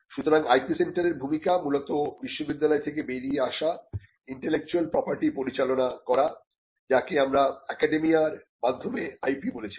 সুতরাং IPসেন্টারের ভূমিকা মূলত বিশ্ববিদ্যালয় থেকে বেরিয়ে আসা ইন্টেলেকচুয়াল প্রপার্টি পরিচালনা করা যাকে আমরা একাডেমীয়ার মাধ্যমে IP বলেছিলাম